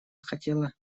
хотела